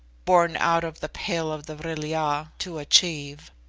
born out of the pale of the vril-ya to achieve.